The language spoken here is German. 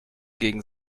gegen